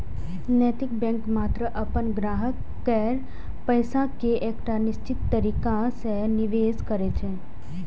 नैतिक बैंक मात्र अपन ग्राहक केर पैसा कें एकटा निश्चित तरीका सं निवेश करै छै